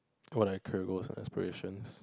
what are you career goals and aspiration